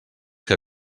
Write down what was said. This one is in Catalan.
que